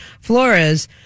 Flores